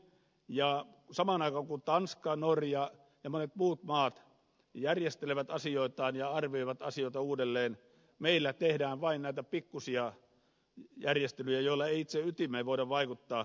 ja samaan aikaan kun tanska norja ja monet muut maat järjestelevät asioitaan ja arvioivat asioita uudelleen meillä tehdään vain näitä pikkuisia järjestelyjä joilla ei itse ytimeen voida vaikuttaa